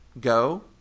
go